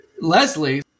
Leslie